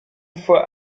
fois